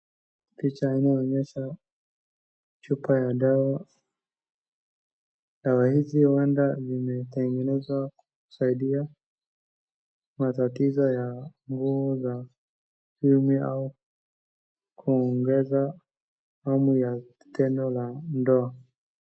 Picha inayoonyesha chupa ya dawa. Dawa hizi huenda zimetengenezwa kusaidia matatizo ya nguvu za kiume au kuongeza hamu ya tendo la ndoa.